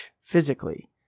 physically